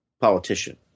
politician